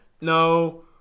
No